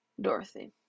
Dorothy